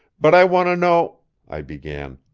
but i want to know i began.